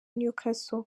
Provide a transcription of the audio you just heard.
newcastle